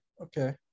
Okay